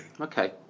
Okay